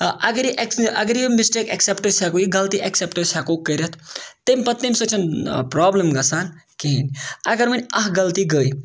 اگر یہِ ایٚکس اگر یہِ مِسٹیک ایٚکسیٚپٹہٕ أسۍ ہیٚکو یہِ غلطی ایٚکسیٚپٹہٕ أسۍ ہیٚکو کٔرِتھ تمہِ پَتہٕ تمہِ سۭتۍ چھَنہٕ پرٛابلِم گژھان کِہیٖنۍ اگر وۄنۍ اَکھ غلطی گٔے